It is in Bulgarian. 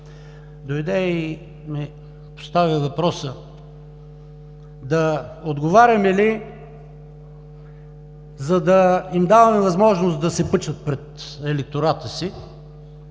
дойде и ми постави въпроса: да отговаряме ли, за да им даваме възможност да се пъчат пред електората си,